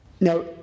Now